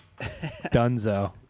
Dunzo